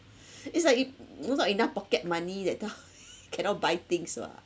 it's like if those not enough pocket money that time cannot buy things [what]